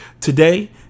today